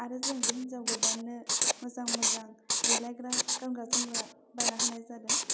आरो जों बे हिनजाव गोदाननो मोजां मोजां देलाइग्रा गानग्रा जोमग्रा बायना होनाय जादों